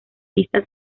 vista